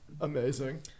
Amazing